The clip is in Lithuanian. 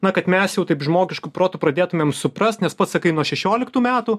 na kad mes jau taip žmogišku protu pradėtumėm suprast nes pats sakai nuo šešioliktų metų